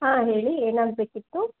ಹಾಂ ಹೇಳಿ ಏನಾಗಬೇಕಿತ್ತು